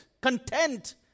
content